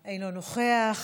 אינו נוכח.